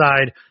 side